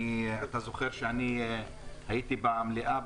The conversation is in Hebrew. אתה זוכר שאני הייתי במליאה,